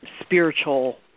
spiritual